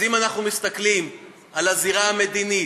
אם אנחנו מסתכלים על הזירה המדינית,